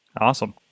Awesome